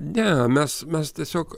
ne mes mes tiesiog